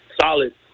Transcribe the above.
solid